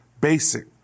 basic